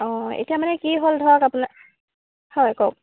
অঁ এতিয়া মানে কি হ'ল ধৰক আপোনাৰ হয় কওঁক